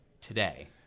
today